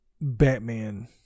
batman